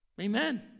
Amen